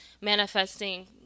manifesting